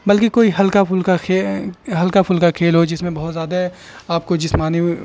بلکہ کوئی ہلکا پھلکا کھیل ہلکا پھلکا کھیل ہو جس میں بہت زیادہ آپ کو جسمانی